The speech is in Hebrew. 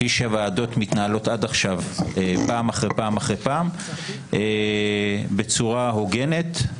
כפי שהוועדות מתנהלות עד עכשיו פעם אחרי פעם אחרי פעם בצורה הוגנת,